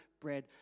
bread